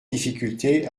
difficultés